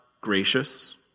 gracious